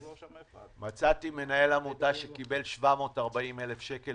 --- מצאתי מנהל עמותה שקיבל 740,000 שקל